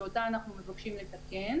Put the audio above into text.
שאותה אנחנו מבקשים לתקן.